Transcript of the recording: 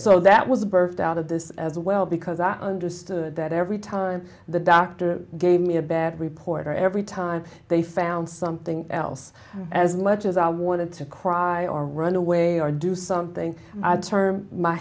so that was birthed out of this as well because i understood that every time the doctor gave me a bad report every time they found something else as much as i wanted to cry or run away or do something i'd turn my